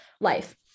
life